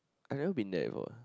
I never been there before